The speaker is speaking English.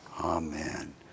Amen